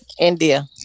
India